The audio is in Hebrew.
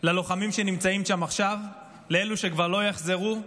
ללוחמים שנמצאים שם עכשיו, לאלו שכבר לא יחזרו,